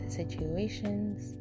situations